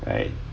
right